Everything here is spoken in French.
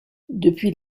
depuis